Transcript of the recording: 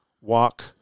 walk